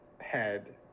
head